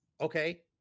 okay